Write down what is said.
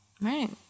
Right